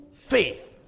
faith